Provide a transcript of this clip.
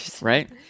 Right